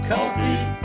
Coffee